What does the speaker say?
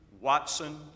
Watson